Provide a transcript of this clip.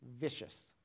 vicious